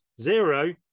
zero